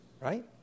right